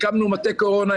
הקמנו מטה קורונה,